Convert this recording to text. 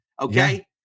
Okay